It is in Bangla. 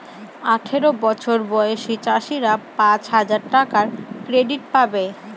আঠারো বছর বয়সী চাষীরা পাঁচ হাজার টাকার ক্রেডিট পাবে